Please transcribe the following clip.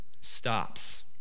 stops